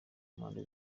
mpande